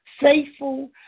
faithful